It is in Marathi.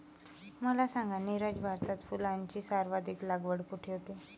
मला सांगा नीरज, भारतात फुलांची सर्वाधिक लागवड कुठे होते?